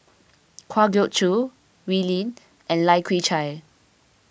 Kwa Geok Choo Wee Lin and Lai Kew Chai